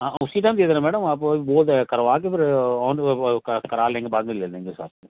हाँ उसी टाइम दे देना मैडम आप वह करवाके करा लेंगे बाद में ले लेंगे साथ में